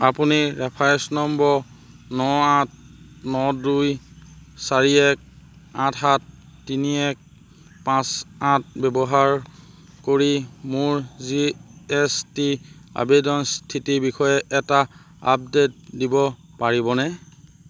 আপুনি reference number ন আঠ ন দুই চাৰি এক আঠ সাত তিনি এক পাঁচ আঠ ব্যৱহাৰ কৰি মোৰ জি এছ টি আবেদন স্থিতিৰ বিষয়ে এটা আপডেট দিব পাৰিবনে